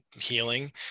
healing